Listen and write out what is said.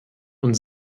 und